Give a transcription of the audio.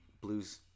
blues